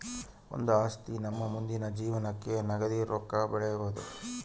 ಒಂದು ಆಸ್ತಿ ನಮ್ಮ ಮುಂದಿನ ಜೀವನಕ್ಕ ನಗದಿ ರೊಕ್ಕ ಬೆಳಿಬೊದು